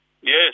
Yes